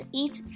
eat